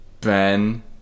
Ben